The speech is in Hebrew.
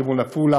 לכיוון עפולה,